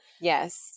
Yes